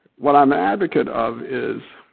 what i'm an advocate of is,